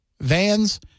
vans